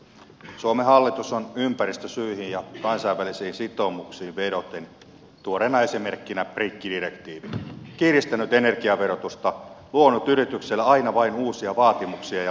suomen hallitus on ympäristösyihin ja kansainvälisiin sitoumuksiin vedoten tuoreena esimerkkinä rikkidirektiivi kiristänyt energiaverotusta luonut yritykselle aina vain uusia vaatimuksia ja maksuja